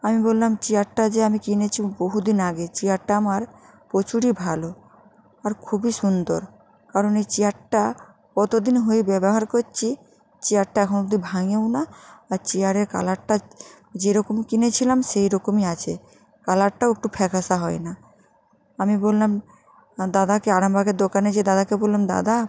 আমি বললাম চেয়ারটা যে আমি কিনেছি বহু দিন আগে চেয়ারটা আমার প্রচুরই ভালো আর খুবই সুন্দর কারণ এই চেয়ারটা কত দিন হয়ে ব্যবহার করছি চেয়ারটা এখনো অবধি ভাঙেও না আর চেয়ারের কালারটা যেরকম কিনেছিলাম সেই রকমই আছে কালারটাও একটু ফ্যাকাশে হয় না আমি বললাম দাদাকে আরামবাগের দোকানের যেয়ে দাদাকে বললাম দাদা